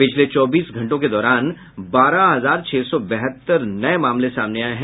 पिछले चौबीस घंटों के दौरान बारह हजार छह सौ बहत्तर नये मामले सामने आये हैं